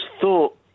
thought